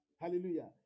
Hallelujah